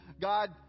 God